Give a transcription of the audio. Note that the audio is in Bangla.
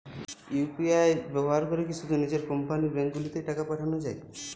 ইউ.পি.আই ব্যবহার করে কি শুধু নিজের কোম্পানীর ব্যাংকগুলিতেই টাকা পাঠানো যাবে?